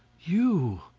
you,